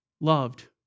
loved